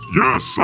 yes